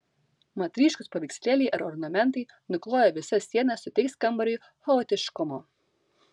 mat ryškūs paveikslėliai ar ornamentai nukloję visas sienas suteiks kambariui chaotiškumo